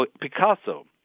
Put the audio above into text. Picasso